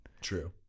true